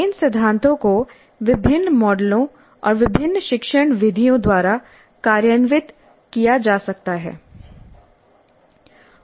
इन सिद्धांतों को विभिन्न मॉडलों और विभिन्न शिक्षण विधियों द्वारा कार्यान्वित किया जा सकता है